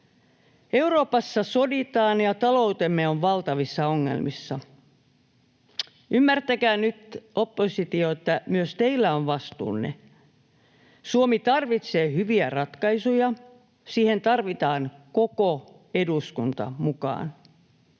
Euroopassa soditaan, ja taloutemme on valtavissa ongelmissa. Ymmärtäkää nyt, oppositio, että myös teillä on vastuunne. Suomi tarvitsee hyviä ratkaisuja, siihen tarvitaan koko eduskunta mukaan.